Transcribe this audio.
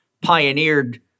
pioneered